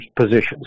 positions